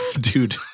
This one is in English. Dude